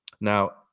Now